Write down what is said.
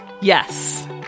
Yes